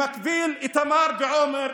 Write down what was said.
במקביל איתמר, בעומר,